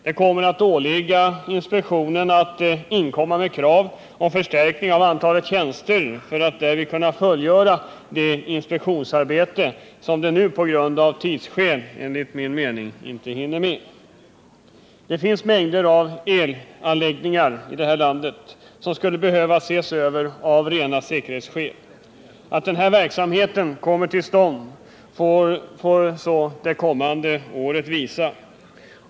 Det kommer att åligga inspektionerna att inkomma med krav på förstärkning av antalet tjänster för att därvid kunna fullgöra det inspektionsarbete som man nu av tidsskäl inte klarar. Det finns mängder av elanläggningar i det här landet som skulle behöva ses över av enbart säkerhetsskäl. Om den här verksamheten kommer till stånd får det kommande året visa.